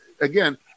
Again